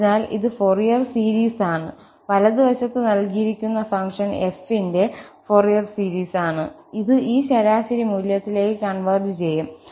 അതിനാൽ ഇത് Fourier series ആണ് വലത് വശത്ത് നൽകിയിരിക്കുന്ന ഫംഗ്ഷൻ f ന്റെ ഫൊറിയർ സീരീസ് ആണ് ഇത് ഈ ശരാശരി മൂല്യത്തിലേക്ക് കൺവെർജ് ചെയ്യും